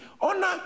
honor